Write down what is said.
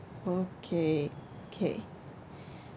okay okay